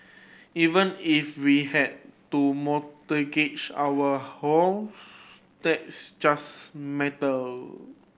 even if we had to mortgage our house that's just metal